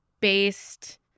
based